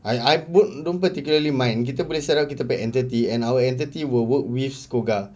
I I would don't particularly mind kita boleh set up kita punya entity and our entity will work with SCOGA